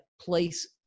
place